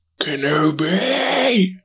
Kenobi